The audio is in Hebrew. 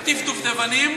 לקטיף דובדבנים,